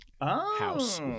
house